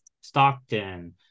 Stockton